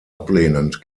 ablehnend